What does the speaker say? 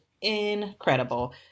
incredible